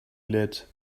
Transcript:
lit